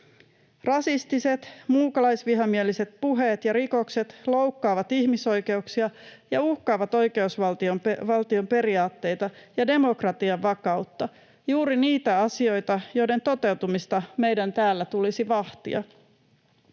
Rasistiset, muukalaisvihamieliset puheet ja rikokset loukkaavat ihmisoikeuksia ja uhkaavat oikeusvaltioperiaatteita ja demokratian vakautta — juuri niitä asioita, joiden toteutumista meidän täällä tulisi vahtia.